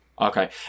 Okay